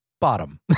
bottom